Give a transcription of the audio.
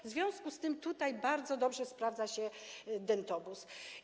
W związku z tym tutaj bardzo dobrze sprawdza się dentobus.